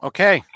Okay